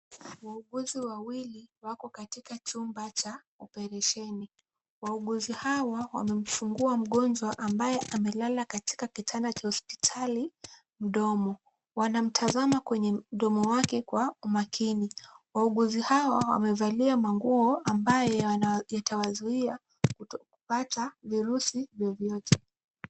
Wauguzi wawili wako katika chumba cha operation . Wauguzi hawa wamemfungua mgonjwa ambaye amelala katika kitanda cha hospitali mdomo. Wanamtazama kwenye mdomo wake kwa umakini. Wauguzi hawa wamevalia manguo ambayo yatawazuia kupata virusi vyovyote.